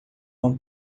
uma